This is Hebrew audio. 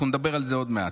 אנחנו נדבר על זה עוד מעט.